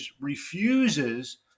refuses